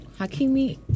Hakimi